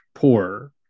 Poor